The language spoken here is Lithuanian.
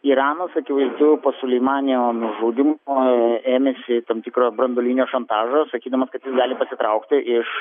iranas akivaizdu po soleimanio nužudymo ėmėsi tam tikro branduolinio šantažo sakydamas kad jis gali pasitraukti iš